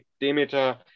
Demeter